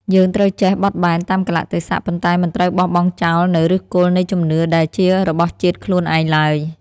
យើងត្រូវចេះបត់បែនតាមកាលៈទេសៈប៉ុន្តែមិនត្រូវបោះបង់ចោលនូវឫសគល់នៃជំនឿដែលជារបស់ជាតិខ្លួនឯងឡើយ។